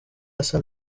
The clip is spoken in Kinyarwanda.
asa